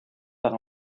par